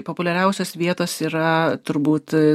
populiariausios vietos yra turbūt